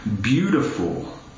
beautiful